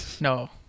No